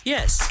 Yes